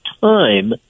time